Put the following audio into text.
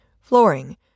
flooring